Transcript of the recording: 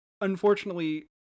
unfortunately